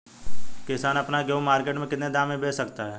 किसान अपना गेहूँ मार्केट में कितने दाम में बेच सकता है?